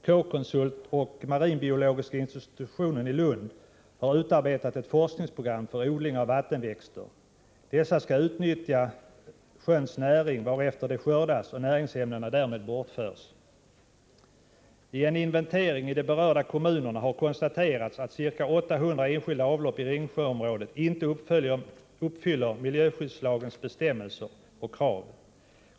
K-konsult och Marinbiologiska institutionen i Lund har utarbetat ett forskningsprogram för odling av vattenväxter. Dessa skall utnyttja sjöns näring, varefter de skördas, så att näringsämnena bortförs. I en inventering i de berörda kommunerna har konstaterats att ca 800 enskilda avlopp i Ringsjöområdet inte uppfyller miljöskyddslagens bestämmelser och krav.